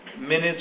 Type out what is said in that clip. minutes